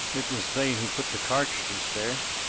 it was they who put the cartridges there!